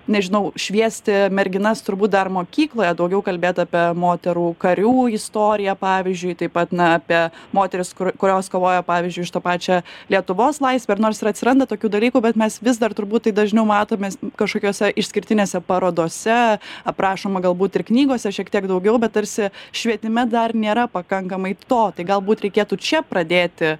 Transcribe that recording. nežinau šviesti merginas turbūt dar mokykloje daugiau kalbėt apie moterų karių istoriją pavyzdžiui taip pat na apie moteris kurios kovojo pavyzdžiui už pačią lietuvos laisvę ir nors ir atsiranda tokių dalykų bet mes vis dar turbūt tai dažniau matomės kažkokiose išskirtinėse parodose aprašoma galbūt ir knygose šiek tiek daugiau bet tarsi švietime dar nėra pakankamai to tai galbūt reikėtų čia pradėti